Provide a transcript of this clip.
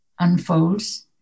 unfolds